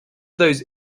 those